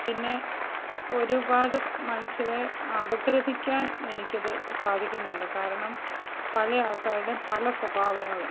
പിന്നെ ഒരുപാട് മനുഷ്യരെ അപഗ്രഥിക്കാന് എനിക്കത് സാധിക്കുന്നുണ്ട് കാരണം പല ആള്ക്കാരുടേയും പല സ്വഭാവങ്ങൾ